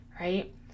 right